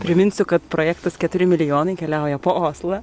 priminsiu kad projektas keturi milijonai keliauja po oslą